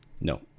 No